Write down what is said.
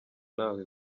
ntaho